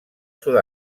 sud